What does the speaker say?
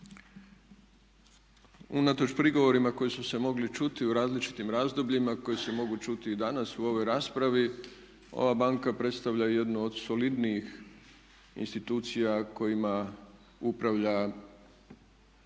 Unatoč prigovorima koji su se mogli čuti u različitim razdobljima, koji se mogu čuti i danas u ovoj raspravi, ova banka predstavlja jednu od solidnijih institucija kojima upravlja